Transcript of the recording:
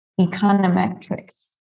econometrics